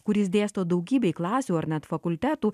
kuris dėsto daugybėj klasių ar net fakultetų